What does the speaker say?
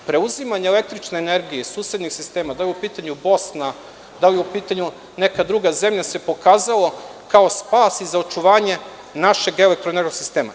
Preuzimanje električne energije iz susednih sistema, da li je u pitanju Bosna, da li je u pitanju neka druga zemlja, se pokazalo kao spas i za očuvanje našeg elektro-energetskog sistema.